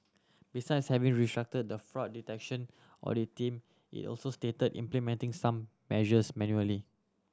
besides having restructured the fraud detection audit team it also started implementing some measures manually